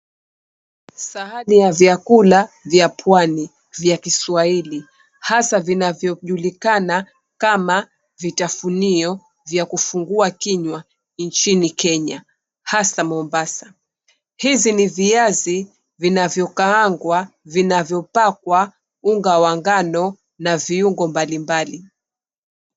Sahani ya vyakula vya pwani vya kiswahili, hasa vinavyojulikana kama vitafunio vya kufungua kinywa nchini Kenya hasa Mombasa. Hizi ni viazi vinavyo kaangwa vinavyopakwa unga wa ngano na viungo mbalimbali.